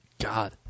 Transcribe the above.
God